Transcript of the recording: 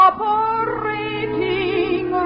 Operating